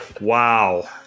Wow